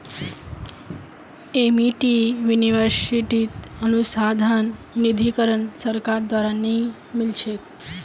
Amity यूनिवर्सिटीत अनुसंधान निधीकरण सरकार द्वारा नइ मिल छेक